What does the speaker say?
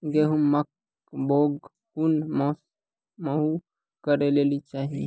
गेहूँमक बौग कून मांस मअ करै लेली चाही?